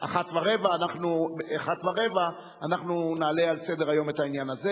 13:15 נעלה על סדר-היום את העניין הזה.